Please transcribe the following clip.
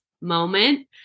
moment